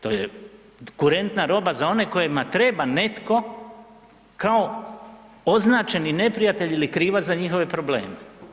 To je kurentna roba za one kojima treba netko kao označeni neprijatelj ili krivac za njihove probleme.